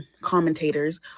commentators